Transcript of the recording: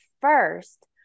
first